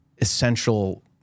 essential